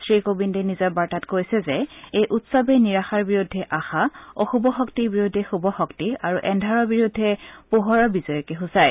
শ্ৰীকোবিন্দে নিজৰ বাৰ্তাত কৈছে যে এই উৎসৱে নিৰাশাৰ বিৰুদ্ধে আশা অণ্ডভ শক্তিৰ বিৰুদ্ধে শুভ শক্তি আৰু এদ্ধাৰৰ বিৰুদ্ধে পোহৰৰ বিজয়কে সূচায়